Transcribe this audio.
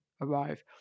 arrive